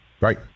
Right